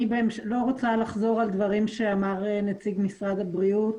אני לא רוצה לחזור על דברים שאמר נציג משרד הבריאות